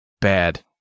bad